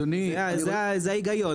זה ההיגיון.